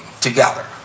together